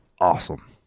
awesome